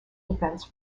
defense